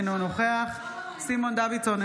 אינו נוכח סימון דוידסון,